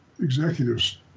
executives